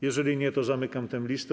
Jeżeli nie, to zamykam listę.